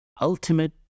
ultimate